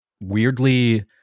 weirdly